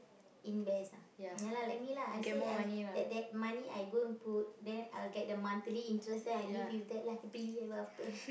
invest ah ya lah like me lah I say I that that money I gonna put then I'll get the monthly interest then I live with that lah happily ever after